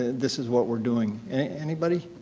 this is what we're doing anybody?